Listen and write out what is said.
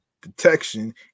detection